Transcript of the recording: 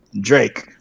Drake